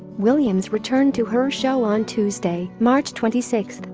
williams returned to her show on tuesday, march twenty six,